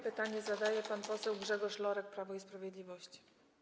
Pytanie zadaje pan poseł Grzegorz Lorek, Prawo i Sprawiedliwość.